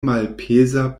malpeza